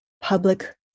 public